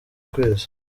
kwezi